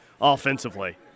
offensively